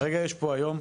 כרגע יש פה היום,